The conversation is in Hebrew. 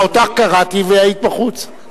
אותך קראתי והיית בחוץ.